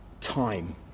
time